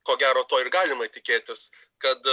ko gero to ir galima tikėtis kad